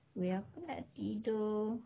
wei aku nak tidur